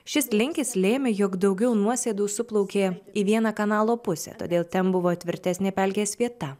šis linkis lėmė jog daugiau nuosėdų suplaukė į vieną kanalo pusę todėl ten buvo tvirtesnė pelkės vieta